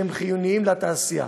שהם חיוניים לתעשייה.